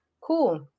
Cool